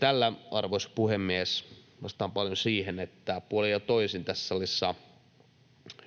Tällä, arvoisa puhemies, vastaan paljon siihen, että puolin ja toisin tässä salissa